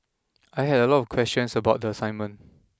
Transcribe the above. I had a lot of questions about the assignment